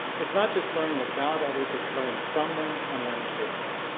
it's not just learning about others. it's learning from them and learning with them.